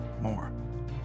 more